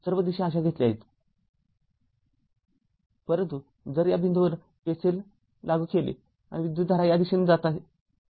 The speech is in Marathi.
सर्व दिशा अशा घेतल्या आहेत परंतु जर या बिंदूवर KCL लागू केले आणि विद्युतधारा या दिशेने आहे